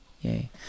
Yay